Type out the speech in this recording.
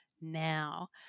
now